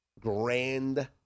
grand